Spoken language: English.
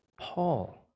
Paul